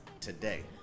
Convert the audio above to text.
today